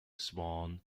swan